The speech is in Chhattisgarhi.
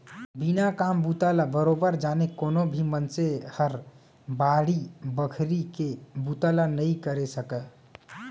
बिना काम बूता ल बरोबर जाने कोनो भी मनसे हर बाड़ी बखरी के बुता ल नइ करे सकय